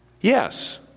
Yes